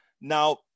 Now